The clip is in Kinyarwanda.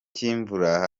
cy’imvura